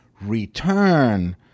return